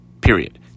Period